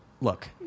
look